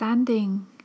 Standing